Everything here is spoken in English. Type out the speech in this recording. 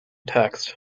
text